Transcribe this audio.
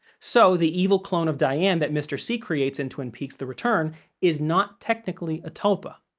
so the evil clone of diane that mr. c creates in twin peaks the return is not technically a tulpa.